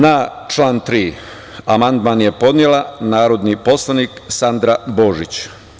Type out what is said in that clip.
Na član 3. amandman je podnela narodni poslanik Sandra Božić.